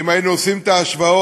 שאם היינו עושים את ההשוואות,